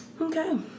Okay